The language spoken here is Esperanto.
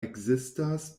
ekzistas